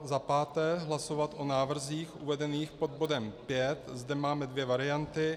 Za páté hlasovat o návrzích uvedených pod bodem V. Zde máme dvě varianty.